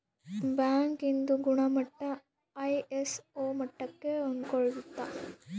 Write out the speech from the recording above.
bank ಇಂದು ಗುಣಮಟ್ಟ ISO ಮಟ್ಟಕ್ಕೆ ಹೊಂದ್ಕೊಳ್ಳುತ್ತ